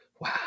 Wow